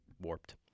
warped